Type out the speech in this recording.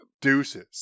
Deuces